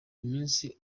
iminsi